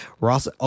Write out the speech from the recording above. Ross